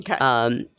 Okay